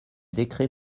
décret